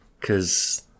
Cause